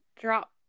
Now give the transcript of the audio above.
drop